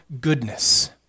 goodness